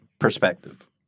Perspective